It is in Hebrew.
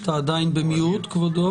על הדוח ועל הדיון שהוא מביא לכאן בסוגיה באמת